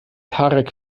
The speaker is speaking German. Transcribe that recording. tarek